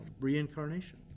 reincarnation